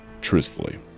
truthfully